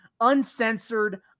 uncensored